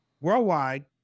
Worldwide